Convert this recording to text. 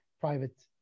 private